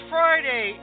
Friday